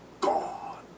God